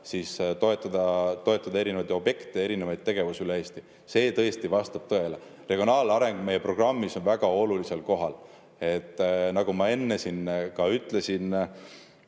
mõttes toetada erinevaid objekte, erinevaid tegevusi üle Eesti. See tõesti vastab tõele. Regionaalareng on meie programmis väga olulisel kohal. Nagu ma enne ka ütlesin,